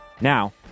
Now